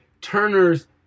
Turner's